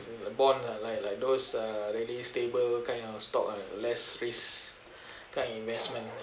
bond lah like like those uh really stable kind of stock uh less risk kinda investment